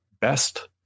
best